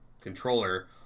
controller